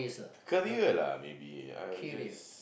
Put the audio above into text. career lah maybe I would just